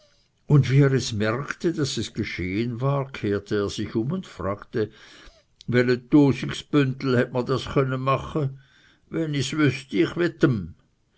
und wie er es merkte daß es geschehen war kehrte er sich um und fragte wele tusigs büntel het mer das chönne mache wen i's wüßt